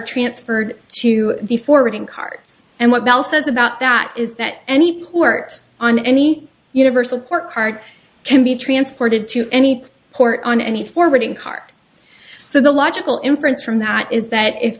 transferred to the forwarding cards and what bell says about that is that any port on any universal port card can be transported to any port on any forwarding cart the logical inference from that is that i